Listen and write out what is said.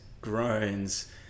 groans